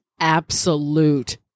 absolute